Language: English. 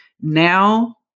Now